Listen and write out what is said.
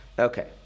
Okay